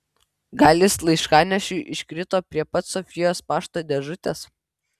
gal jis laiškanešiui iškrito prie pat sofijos pašto dėžutės